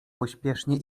pośpiesznie